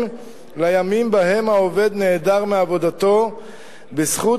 לימים שבהם העובד נעדר מעבודתו בזכות,